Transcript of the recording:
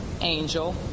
angel